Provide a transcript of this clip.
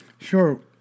Sure